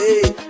hey